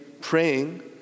praying